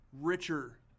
richer